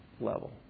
level